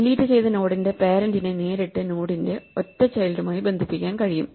delete ചെയ്ത നോഡിന്റെ പേരെന്റിനെ നേരിട്ട് നോഡിന്റെ ഒറ്റ ചൈൽഡുമായി ബന്ധിപ്പിക്കാൻ കഴിയും